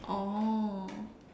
oh